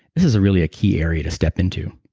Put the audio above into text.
this is really a key area to step into,